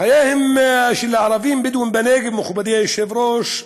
חייהם של הערבים הבדואים בנגב, מכובדי היושב-ראש,